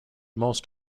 most